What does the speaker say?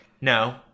no